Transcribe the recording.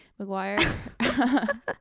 McGuire